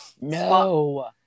no